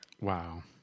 wow